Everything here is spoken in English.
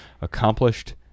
accomplished